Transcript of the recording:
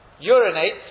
urinate